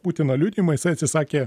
putino liudijimu jisai atsisakė